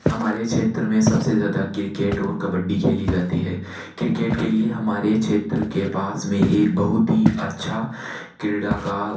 हमारे क्षेत्र में सब से ज़्यादा क्रिकेट और कबड्डी खेली जाती है क्रिकेट के लिए हमारे क्षेत्र के पास में एक बहुत ही अच्छा क्रीड़ा का